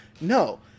No